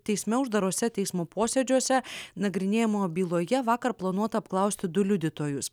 teisme uždaruose teismo posėdžiuose nagrinėjimo byloje vakar planuota apklausti du liudytojus